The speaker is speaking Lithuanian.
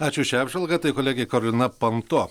ačiū už šią apžvalgą tai kolegė karolina panto